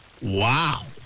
Wow